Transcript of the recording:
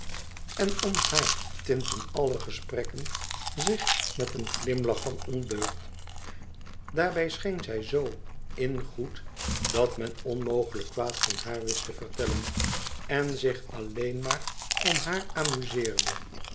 en om haar tintten alle gesprekken zich met een glimlach van ondeugd daarbij scheen zij zoo ingoed dat men onmogelijk kwaad van haar wist te vertellen en zich alleen maar om haar amuzeerde